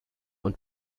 und